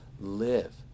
live